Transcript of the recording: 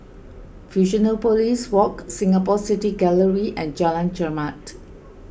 Fusionopolis Walk Singapore City Gallery and Jalan Chermat